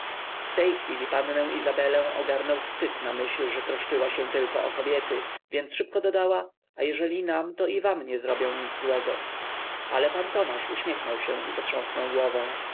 w tej chwili pannę izabelę ogarnął wstyd na myśl że troszczyła się tylko o kobiety więc szybko dodała a jeżeli nam to i wam nie zrobią nic złego ale pan tomasz uśmiechnął się i potrząsnął głową